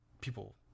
people